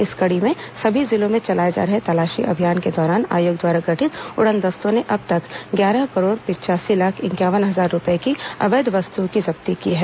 इसी कड़ी में सभी जिलों में चलाए जा रहे तलाशी अभियान के दौरान आयोग द्वारा गठित उड़नदस्तों ने अब तक ग्यारह करोड़ पच्यासी लाख इंक्यावन हजार रूपए की अवैध वस्तुओं की जब्ती की है